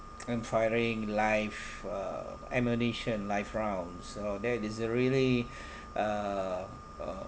and firing live uh ammunition live rounds so that is a really uh uh